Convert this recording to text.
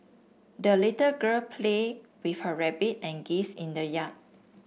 the little girl played with her rabbit and geese in the yard